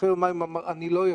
אחרי יומיים הוא אמר שהוא לא יכול,